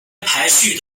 排序